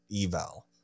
eval